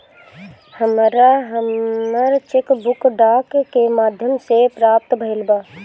हमरा हमर cheque book डाक के माध्यम से प्राप्त भईल बा